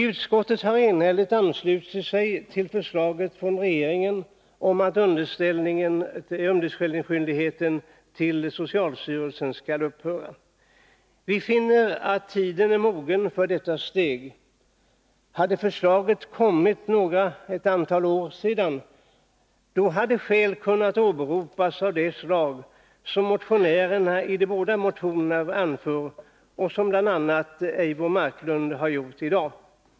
Utskottet har enhälligt anslutit sig till förslaget från regeringen om att underställningsskyldigheten till socialstyrelsen skall upphöra. Vi finner att tiden är mogen för detta steg. Hade förslaget kommit för ett antal år sedan, hade skäl kunnat åberopas av det slag som motionärerna i de båda motionerna anför liksom bl.a. Eivor Marklund har gjort i dag.